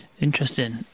interesting